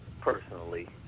personally